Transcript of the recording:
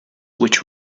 which